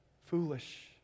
foolish